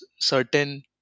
certain